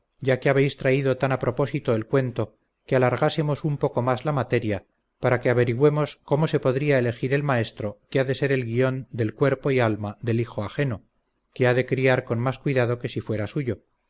ya que habéis traído tan a propósito el cuento que alargásemos un poco más la materia para que averigüemos cómo se podría elegir el maestro que ha de ser el guión del cuerpo y alma del hijo ajeno que ha de criar con más cuidado que si fuera suyo